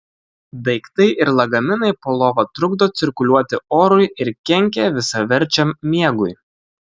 daiktai ir lagaminai po lova trukdo cirkuliuoti orui ir kenkia visaverčiam miegui